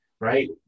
right